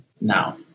now